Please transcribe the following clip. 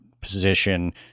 position